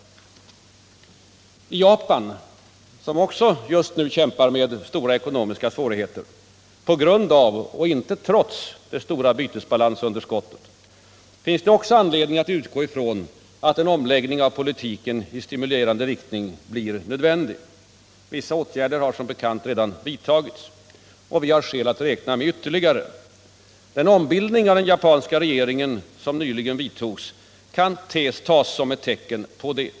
Vad gäller Japan, som också just nu kämpar med stora ekonomiska svårigheter, på grund av och inte trots det stora bytesbalansöverskottet, finns det också anledning att utgå ifrån att en omläggning av politiken i stimulerande riktning blir nödvändig. Vissa åtgärder har som bekant redan vidtagits. Vi har skäl att räkna med ytterligare. Den ombildning av den japanska regeringen som nyligen vidtagits kan tas som ett tecken på det.